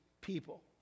people